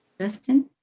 Justin